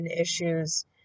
issues